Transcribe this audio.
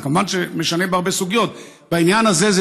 זה כמובן משנה בהרבה סוגיות: בעניין הזה זה